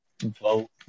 vote